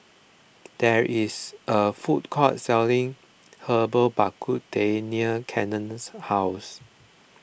there is a food court selling Herbal Bak Ku Teh Cannon's house